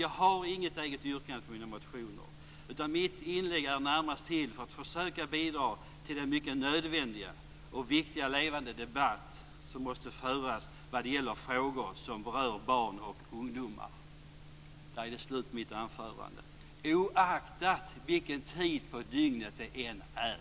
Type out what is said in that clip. Jag har inget eget yrkande på mina motioner, utan mitt inlägg är närmast till för att försöka bidra till den mycket nödvändiga och viktiga levande debatt som måste föras när det gäller frågor som berör barn och ungdomar. Där är det slut på mitt anförande, oaktat vilken tid på dygnet det är.